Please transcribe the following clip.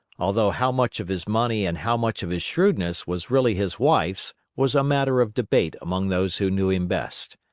although how much of his money and how much of his shrewdness was really his wife's was matter of debate among those who knew him best.